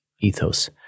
ethos